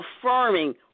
affirming